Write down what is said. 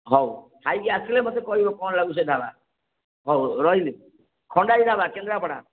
ହେଉ ଖାଇକି ଆସିଲେ ମୋତେ କହିବ କ'ଣ ଲାଗୁଛି ସେ ଢ଼ାବା ହେଉ ରହିଲି ଖଣ୍ଡାଇ ଢ଼ାବା କେନ୍ଦ୍ରାପଡ଼ା